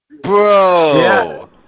Bro